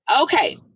okay